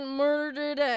murdered